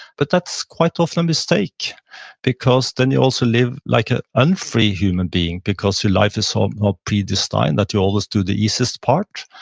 but that's quite often um mistake because then you also live like an unfree human being because your life is so sort of predestined that you always do the easiest part.